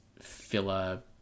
filler